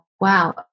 wow